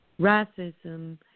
racism